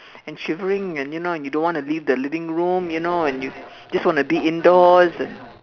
and shivering and you know you don't want to live the living room you know and just wanna be indoors